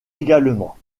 également